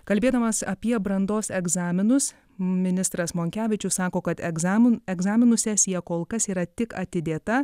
kalbėdamas apie brandos egzaminus ministras monkevičius sako kad egzamin egzaminų sesija kol kas yra tik atidėta